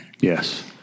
Yes